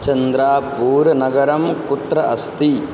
चन्द्रपुरनगरं कुत्र अस्ति